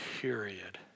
period